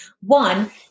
One